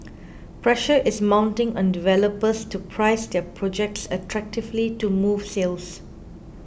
pressure is mounting on developers to price their projects attractively to move sales